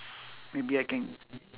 maybe I can